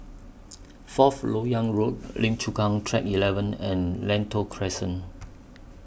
Fourth Lok Yang Road Lim Chu Kang Track eleven and Lentor Crescent